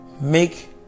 make